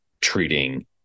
treating